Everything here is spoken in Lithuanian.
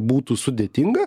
būtų sudėtinga